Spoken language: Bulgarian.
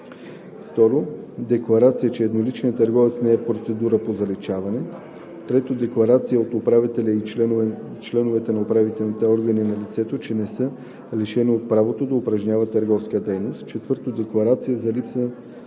2. декларация, че едноличният търговец не е в процедура по заличаване; 3. декларация от управителя и членовете на управителните органи на лицето, че не са лишени от правото да упражняват търговска дейност; 4. декларация за липса на